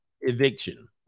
eviction